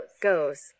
Goes